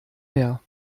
mehr